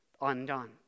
undone